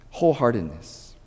Wholeheartedness